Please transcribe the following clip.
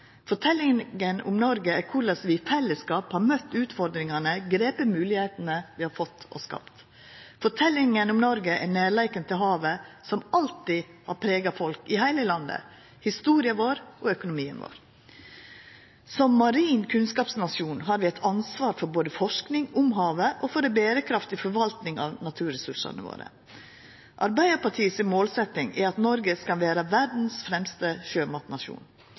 om Noreg er forteljinga om korleis vi i fellesskap har møtt utfordringane og gripe moglegheitene vi har fått og skapt. Forteljinga om Noreg er nærleiken til havet, som alltid har prega folk i heile landet, historia vår og økonomien vår. Som marin kunnskapsnasjon har vi eit ansvar både for forsking om havet og for ei berekraftig forvaltning av naturressursane våre. Arbeidarpartiet har som målsetjing at Noreg skal vera den fremste